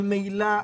על מהילה,